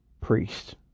priest